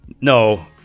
No